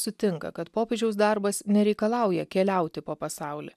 sutinka kad popiežiaus darbas nereikalauja keliauti po pasaulį